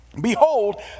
Behold